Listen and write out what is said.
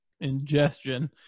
ingestion